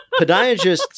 Podiatrists